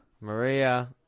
Maria